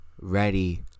ready